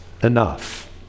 enough